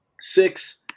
six